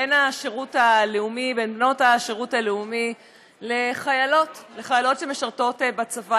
בין בנות השירות הלאומי לחיילות שמשרתות בצבא.